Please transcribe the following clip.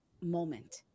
moment